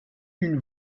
une